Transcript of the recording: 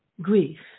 grief